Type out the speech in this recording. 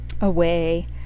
away